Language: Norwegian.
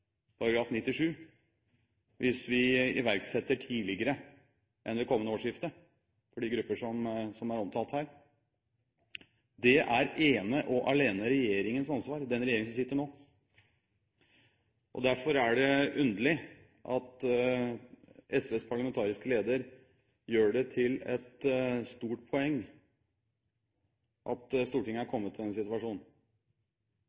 § 97 hvis vi iverksetter dette tidligere enn ved kommende årsskifte, for de grupper som er omtalt her, er ene og alene regjeringens ansvar – den regjeringen som sitter nå. Derfor er det underlig at SVs parlamentariske leder gjør det til et stort poeng at Stortinget er